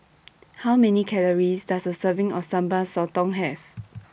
How Many Calories Does A Serving of Sambal Sotong Have